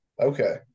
Okay